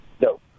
No